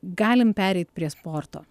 galim pereit prie sporto